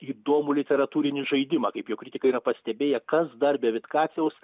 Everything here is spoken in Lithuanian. įdomų literatūrinį žaidimą kaip jo kritikai yra pastebėję kas dra be vitkaciaus